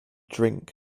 drink